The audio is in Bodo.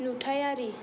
नुथाइयारि